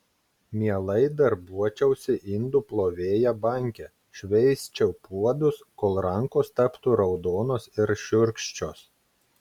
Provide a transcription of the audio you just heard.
mielai darbuočiausi indų plovėja banke šveisčiau puodus kol rankos taptų raudonos ir šiurkščios